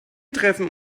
treffen